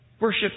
Worship